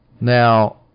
Now